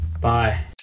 Bye